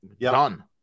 Done